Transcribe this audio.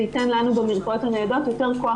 זה ייתן לנו במרפאות הניידות יותר כוח